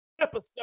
episode